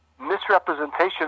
misrepresentation